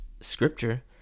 scripture